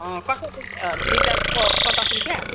अँ कसरी लिटरको पचास रुपियाँ